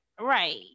Right